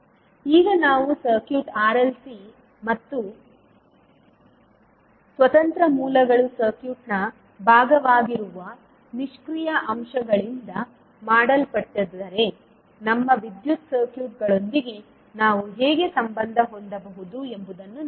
ಈಗ ನಾವು circuit RLC ಮತ್ತು ಸ್ವತಂತ್ರ ಮೂಲಗಳು ಸರ್ಕ್ಯೂಟ್ನ ಭಾಗವಾಗಿರುವ ನಿಷ್ಕ್ರಿಯ ಅಂಶಗಳಿಂದ ಮಾಡಲ್ಪಟ್ಟಿದ್ದರೆ ನಮ್ಮ ವಿದ್ಯುತ್ ಸರ್ಕ್ಯೂಟ್ಗಳೊಂದಿಗೆ ನಾವು ಹೇಗೆ ಸಂಬಂಧ ಹೊಂದಬಹುದು ಎಂಬುದನ್ನು ನೋಡೋಣ